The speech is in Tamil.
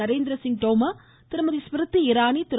நரேந்திரசிங் தோமர் திருமதி ஸ்மிருதி இராணி திரு